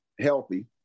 healthy